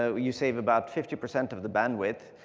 so you save about fifty percent of the bandwidth.